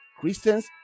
Christians